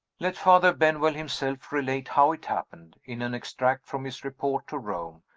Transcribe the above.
let father benwell himself relate how it happened in an extract from his report to rome,